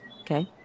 Okay